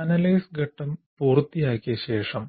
analyse ഘട്ടം പൂർത്തിയാക്കിയ ശേഷം